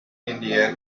india